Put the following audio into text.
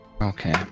Okay